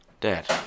Dad